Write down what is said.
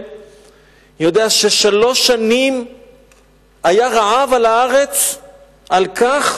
יודע ששלוש שנים היה רעב על הארץ על כך